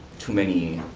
too many,